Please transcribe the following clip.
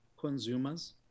consumers